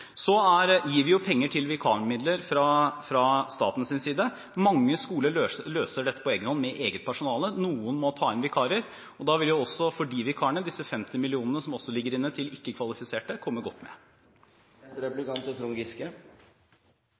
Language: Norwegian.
Så gir vi jo penger til vikarmidler fra statens side. Mange skoler løser dette på egen hånd med eget personale. Noen må ta inn vikarer. Da vil også for de vikarene disse 50 millionene som ligger inne til ikke kvalifiserte, komme godt med. Det er